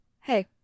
Hey